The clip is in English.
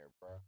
bro